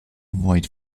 avoid